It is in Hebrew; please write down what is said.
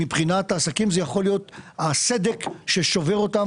מבחינת העסקים, זה יכול להיות הסדק ששובר אותם.